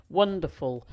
wonderful